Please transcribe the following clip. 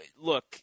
Look